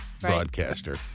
broadcaster